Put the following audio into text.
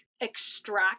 extract